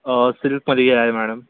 अं सिल्कमध्येही आहे मॅडम